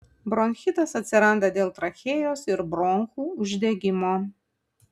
bronchitas atsiranda dėl trachėjos ir bronchų uždegimo